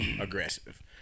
aggressive